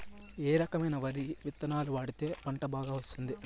ఏ రకమైన వరి విత్తనాలు వాడితే పంట బాగా వస్తుంది?